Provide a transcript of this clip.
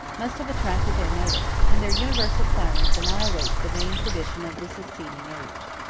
must have attracted their notice and their universal silence annihilates the vain tradition of the succeeding age.